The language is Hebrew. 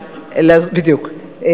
בדיוק.